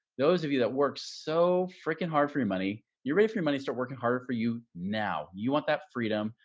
those of you that worked so freaking hard for your money, you're ready for your money start working harder for you. now. you want that freedom.